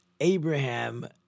Abraham